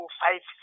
five